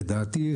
לדעתי,